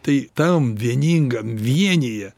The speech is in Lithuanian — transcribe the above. tai tam vieningam vienyje